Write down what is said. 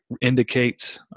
indicates